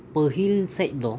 ᱯᱟᱹᱦᱤᱞ ᱥᱮᱫ ᱫᱚ